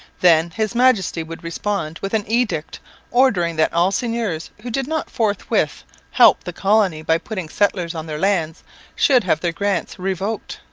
then his majesty would respond with an edict ordering that all seigneurs who did not forthwith help the colony by putting settlers on their lands should have their grants revoked.